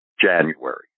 January